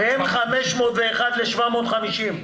בין 501 ל-750.